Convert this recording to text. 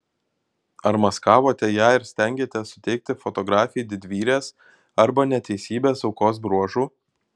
ar maskavote ją ir stengėtės suteikti fotografei didvyrės arba neteisybės aukos bruožų